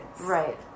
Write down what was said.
Right